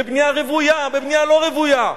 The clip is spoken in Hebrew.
בבנייה רוויה, בבנייה לא רוויה.